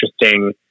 interesting